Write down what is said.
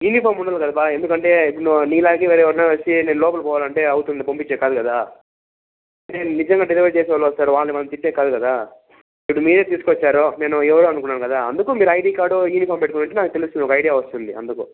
uniform ఉండల్ల కదా బా ఎందుకంటే ఇప్పుడు నువ్వు నీలాగే వేరే ఎవరన్నా వచ్చి నేను లోపలికి పోవాలంటే అవుతుందా పంపిచ్చేకి కాదు కదా నిజంగా డెలివరీ చేసే వాళ్ళు వస్తారు వాళ్ళని పంపిచ్చేకి కాదు కదా ఇప్పుడు మీరే తీసుకోండి సారూ నేను ఎవరో అనుకున్నాను కదా అందుకు మీరు ఐడి కార్డు యూనిఫామ్ పెట్టుకొనుంటే నాకు ఒక ఐడియా వస్తుంది అందుకు